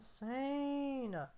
insane